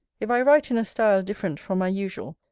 if i write in a style different from my usual,